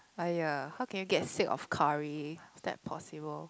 !aiya! how can you get sick of curry is that possible